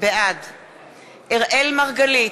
בעד אראל מרגלית,